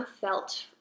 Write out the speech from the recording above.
felt